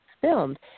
filmed